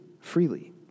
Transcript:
freely